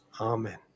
amen